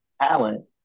talent